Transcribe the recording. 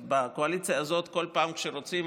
בקואליציה הזאת בכל פעם שרוצים